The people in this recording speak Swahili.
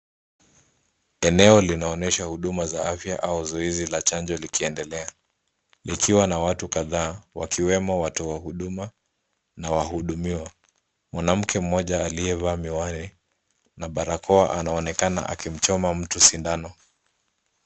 Eneo linaonyesha huduma za afya au zoezi la chanjo likiendelea likiwa na watu kadhaa wakiwemo watoa huduma na wahudumiwa. Mwanamke moja aliyevaa miwani na barakoa anaonekana akimchoma mtu sindano.